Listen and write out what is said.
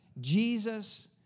Jesus